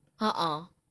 !huh! uh